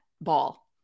ball